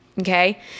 okay